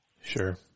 Sure